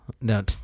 No